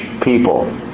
people